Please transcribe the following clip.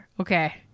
okay